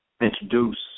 introduce